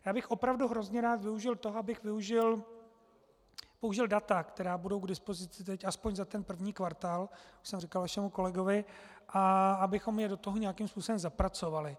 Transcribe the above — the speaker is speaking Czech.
Já bych opravdu hrozně rád využil toho, abych použil data, která budou k dispozici teď aspoň za ten první kvartál, už jsem říkal vašemu kolegovi, a abychom je do toho nějakým způsobem zapracovali.